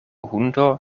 hundo